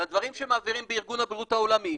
על הדברים שמעבירים בארגון הבריאות העולמי,